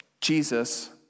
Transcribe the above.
Jesus